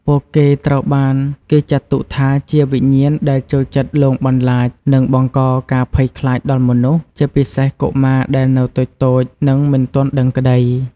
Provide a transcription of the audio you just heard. ពួកគេត្រូវបានគេចាត់ទុកថា ជាវិញ្ញាណដែលចូលចិត្តលងបន្លាច និងបង្កការភ័យខ្លាចដល់មនុស្ស ជាពិសេសកុមារដែលនៅតូចៗ និងមិនទាន់ដឹងក្តី។